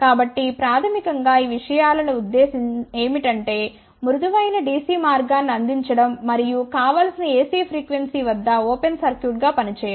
కాబట్టి ప్రాథమికం గా ఈ విషయాల ఉద్దేశ్యం ఏమిటంటే మృదువైన DC మార్గాన్ని అందించడం మరియు కావలసిన AC ఫ్రీక్వెన్సీ వద్ద ఓపెన్ సర్క్యూట్గా పనిచేయడం